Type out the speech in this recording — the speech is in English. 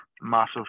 massive